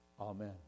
Amen